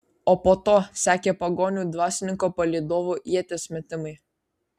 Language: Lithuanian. o po to sekė pagonių dvasininko palydovų ieties metimai